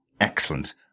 excellent